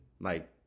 like-